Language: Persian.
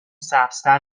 سبزتر